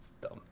dumb